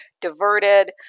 diverted